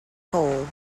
cole